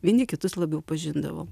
vieni kitus labiau pažindavom